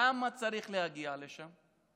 למה צריך להגיע לשם?